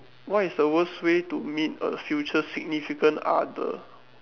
what is the worst way to meet a future significant other